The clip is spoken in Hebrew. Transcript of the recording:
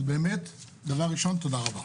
אז באמת דבר ראשון תודה רבה.